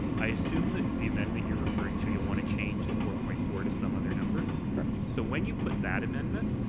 i assume that the amendment you're referring to, you'll want to change the four point four to some other number. correct. so when you put that amendment,